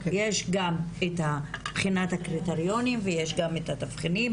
יש גם את הבחנת הקריטריונים ויש גם את התבחינים